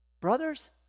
Brothers